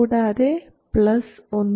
കൂടാതെ പ്ലസ് ഒന്ന്